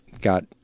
got